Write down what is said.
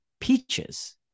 peaches